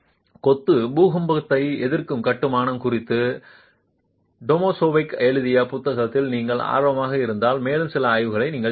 கொத்து பூகம்பத்தை எதிர்க்கும் கட்டுமானம் குறித்து டோமாசெவிக் எழுதிய புத்தகத்தில் நீங்கள் ஆர்வமாக இருந்தால் மேலும் சில ஆய்வுகளை நீங்கள் செய்யலாம்